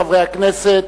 חברי הכנסת,